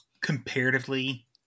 comparatively